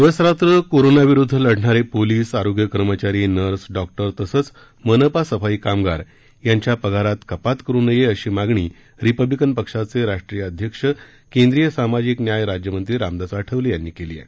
दिवसरात्र कोरोना विरुद्ध लढणारे पोलीस आरोग्य कर्मचारी नर्स डॉक्टर तसेच मनपा सफाई कामगार यांच्या पगारात कपात करू नये अशी मागणी रिपब्लिकन पक्षाचे राष्ट्रीय अध्यक्ष केंद्रीय सामाजिक न्याय राज्यमंत्री रामदास आठवले यांनी केली आहे